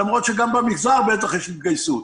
למרות שגם במגזר בטח יש התגייסות.